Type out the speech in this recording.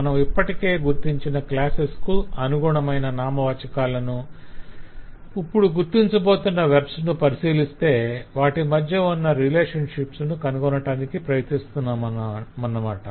మనం ఇప్పటికే గుర్తించిన క్లాసెస్ కు అనుగుణమైన నామవాచకాలను ఇప్పుడు గుర్తించుతున్న వెర్బ్స్ ను పరిశీలిస్తూ వాటి మధ్య ఉన్న రిలేషన్షిప్స్ ను కనుగోనటానికి ప్రయత్నిస్తున్నామనమాట